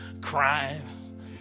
Crying